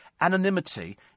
anonymity